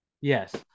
yes